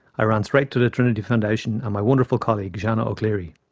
i ran straight to the trinity foundation and my wonderful colleague, zhanna o'clery.